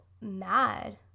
mad